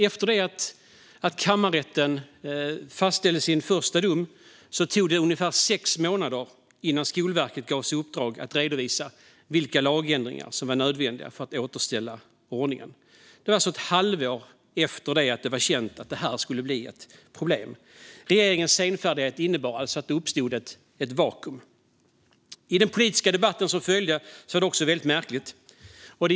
Efter att kammarrätten fastställde sin första dom tog det ungefär sex månader innan Skolverket gavs i uppdrag att redovisa vilka lagändringar som var nödvändiga för att återställa ordningen. Det var ett halvår efter att det hade blivit känt att det skulle bli ett problem. Regeringens senfärdighet ledde till att det uppstod ett vakuum. Den politiska debatt som följde blev också märklig.